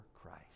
Christ